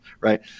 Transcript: right